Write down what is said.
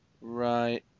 Right